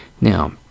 Now